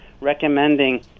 recommending